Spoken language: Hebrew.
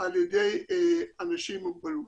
על ידי אנשים עם מוגבלות.